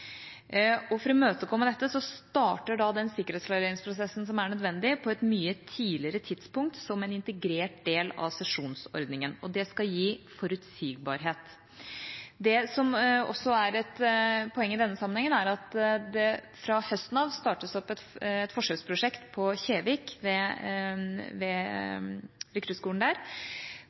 søker å avklare dette med sikkerhetsklarering ved frammøte til førstegangstjeneste. For å imøtekomme dette starter den sikkerhetsklareringsprosessen som er nødvendig, på et mye tidligere tidspunkt, som en integrert del av sesjonsordningen. Det skal gi forutsigbarhet. Det som er et poeng i denne sammenhengen, er at det fra høsten av startes opp et forsøksprosjekt ved rekruttskolen på Kjevik,